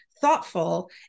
thoughtful